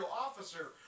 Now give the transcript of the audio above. officer